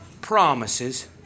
promises